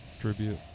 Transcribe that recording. tribute